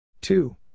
Two